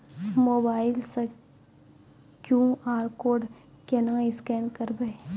Mobile से QR code केना scan करबै?